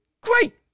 Great